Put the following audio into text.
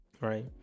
Right